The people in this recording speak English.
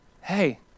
hey